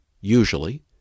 Usually